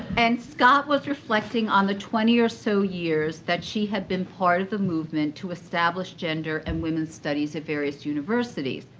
and scott was reflecting on the twenty or so years that she had been part of the movement to establish gender and women's studies at various universities.